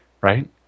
Right